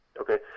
okay